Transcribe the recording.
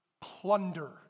plunder